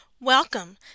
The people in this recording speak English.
Welcome